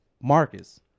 Marcus